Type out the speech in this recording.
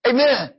Amen